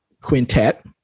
quintet